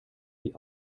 die